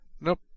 Nope